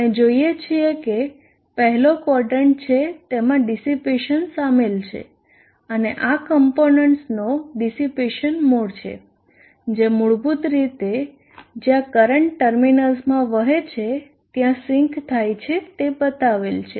આપણે જોઈએ છીએ કે પહેલો ક્વોદરન્ટ છે તેમાં ડિસીપેશન સામેલ છે અને આ કોમ્પોનન્ટસનો ડિસીપેશન મોડ છે જે મૂળભૂત રીતે જ્યાં કરંટ ટર્મિનલ્સમાં વહે છે ત્યાં સિંક થાય છે તે બતાવેલ છે